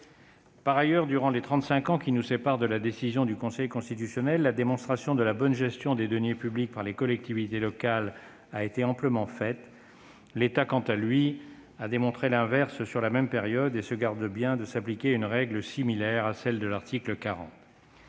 Par ailleurs, durant les trente-cinq ans qui nous séparent de la décision du Conseil Constitutionnel, la démonstration de la bonne gestion des deniers publics par les collectivités locales a été amplement apportée. L'État, quant à lui, a démontré l'inverse sur la même période et se garde bien de s'appliquer une règle similaire à celle de l'article 40.